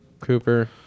Cooper